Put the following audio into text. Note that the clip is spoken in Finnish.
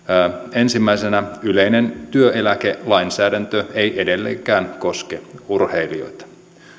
ensimmäisenä yleinen työeläkelainsäädäntö ei edelleenkään koske urheilijoita